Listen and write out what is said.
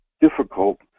difficult